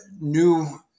new